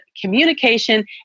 communication